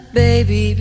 baby